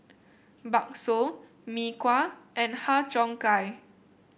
bakso Mee Kuah and Har Cheong Gai